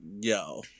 yo